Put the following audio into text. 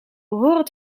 behoren